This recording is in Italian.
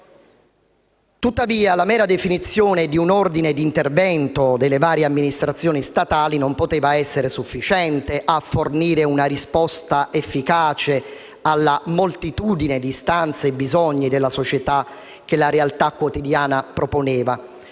Tuttavia, la mera definizione di un ordine di intervento delle varie amministrazioni statali non poteva essere sufficiente a fornire una risposta efficace alla moltitudine di istanze e bisogni della società che la realtà quotidiana proponeva,